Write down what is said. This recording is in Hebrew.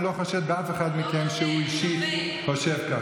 אני לא חושד באף אחד מכם שהוא אישית חושב כך,